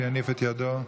שיניף את ידו.